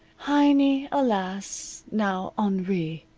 heiny, alas! now henri.